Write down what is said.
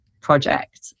project